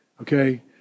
okay